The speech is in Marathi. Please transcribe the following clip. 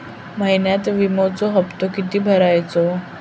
महिन्यात विम्याचो हप्तो किती भरायचो?